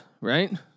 right